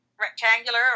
rectangular